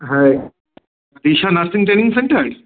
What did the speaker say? হ্যাঁ Disha nursing training centre